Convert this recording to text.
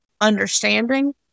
understanding